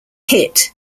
hit